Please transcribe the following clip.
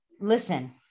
listen